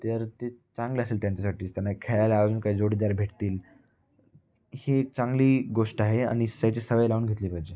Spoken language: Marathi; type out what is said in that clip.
तर ते चांगलं असेल त्यांच्यासाठीच त्यांना खेळायला अजून काही जोडीदार भेटतील ही एक चांगली गोष्ट आहे आणि याची सवय लावून घेतली पाहिजे